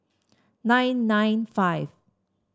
nine nine five